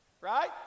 Right